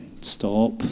stop